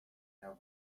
der